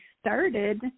started